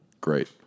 Great